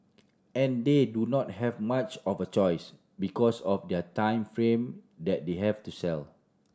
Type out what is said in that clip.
and they do not have much of a choice because of their time frame that they have to sell